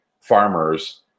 farmers